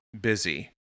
busy